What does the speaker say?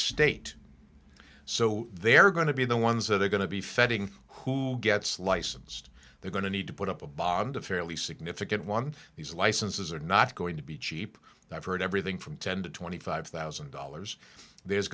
state so they're going to be the ones that are going to be feting who gets licensed they're going to need to put up a bond a fairly significant one these licenses are not going to be cheap i've heard everything from ten dollars to twenty five thousand dollars there's